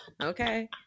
okay